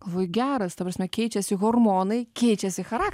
galvoju geras ta prasme keičiasi hormonai keičiasi charak